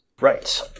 Right